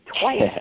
twice